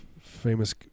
famous